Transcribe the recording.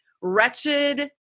Wretched